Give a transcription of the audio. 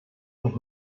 und